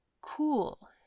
cool